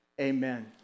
amen